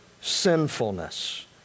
sinfulness